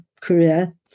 career